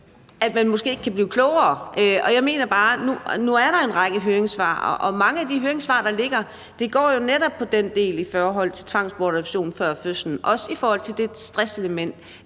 at man måske ikke kan blive klogere, og jeg mener bare, at nu er der en række høringssvar, og mange af de høringssvar, der ligger, går netop på den del om tvangsbortadoption før fødsel, også i forhold til det stresselement,